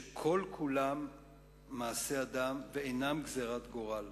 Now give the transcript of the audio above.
שכל כולם מעשה אדם, ואינם גזירת גורל,